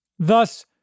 Thus